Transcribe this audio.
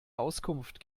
auskunft